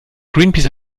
greenpeace